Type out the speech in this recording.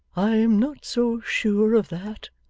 i am not so sure of that,